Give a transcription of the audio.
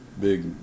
big